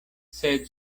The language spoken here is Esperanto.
sed